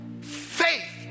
Faith